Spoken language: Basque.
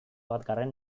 batgarren